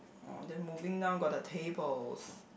orh then moving down got the tables